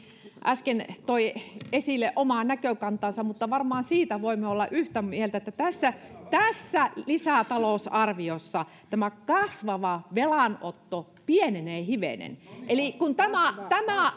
äsken toi esille omaa näkökantaansa mutta varmaan siitä voimme olla yhtä mieltä että tässä tässä lisätalousarviossa kasvava velanotto pienenee hivenen eli kun tämän